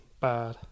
bad